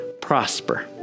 prosper